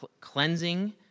cleansing